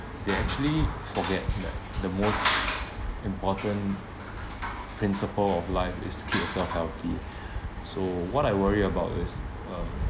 they actually forget that the most important principle of life is to keep yourself healthy so what I worry about is uh